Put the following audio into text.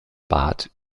bad